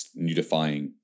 nudifying